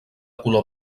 color